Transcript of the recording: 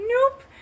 nope